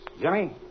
Jimmy